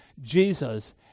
Jesus